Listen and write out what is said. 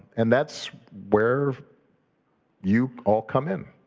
and that's where you all come in.